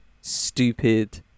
stupid